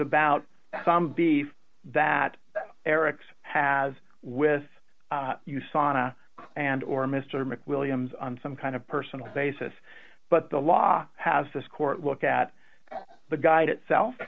about some beef that erik's has with usana and or mr mcwilliams on some kind of personal basis but the law has this court look at the guide itself